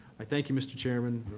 i thank you, mr. chairman,